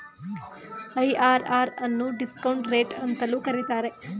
IRR ಅನ್ನು discount rate ಅಂತಲೂ ಕರೀತಾರೆ